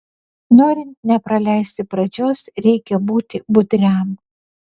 norint nepraleisti pradžios reikia būti budriam